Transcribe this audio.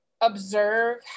observe